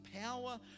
power